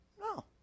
No